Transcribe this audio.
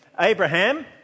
Abraham